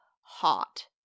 hot